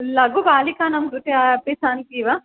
लघु बालिकानां कृते अपि सन्ति वा